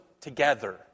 together